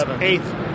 eighth